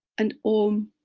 and om.